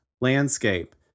landscape